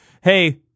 hey